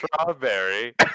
strawberry